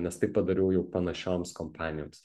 nes tai padariau jau panašioms kompanijoms